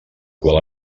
qual